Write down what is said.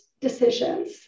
decisions